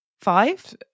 Five